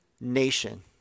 nation